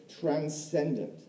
transcendent